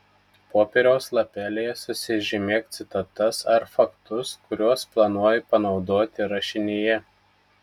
popieriaus lapelyje susižymėk citatas ar faktus kuriuos planuoji panaudoti rašinyje